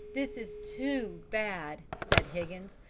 this is too bad said higgins,